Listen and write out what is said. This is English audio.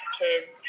kids